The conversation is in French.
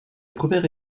première